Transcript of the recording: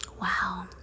wow